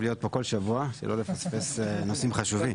להיות פה בכל שבוע כדי לא לפספס נושאים חשובים.